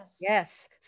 Yes